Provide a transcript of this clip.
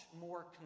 more